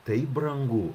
taip brangu